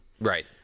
Right